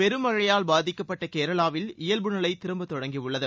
பெருமழையால் பாதிக்கப்பட்ட கேரளாவில் இயல்பு நிலை திரும்பத் தொடங்கியுள்ளது